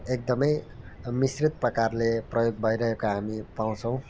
एकदमै मिश्रित प्रकारले प्रयोग भइरहेको हामी पाउँछौँ